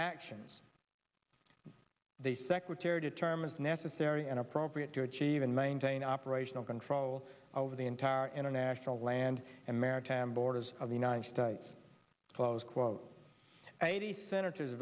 actions the secretary determines necessary and appropriate to achieve and maintain operational control over the entire international land and maritime borders of the united states close quote eighty senators